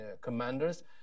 commanders